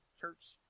church